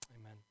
Amen